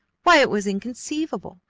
why, it was inconceivable!